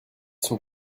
sont